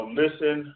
listen